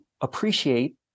appreciate